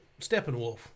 Steppenwolf